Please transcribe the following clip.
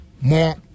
more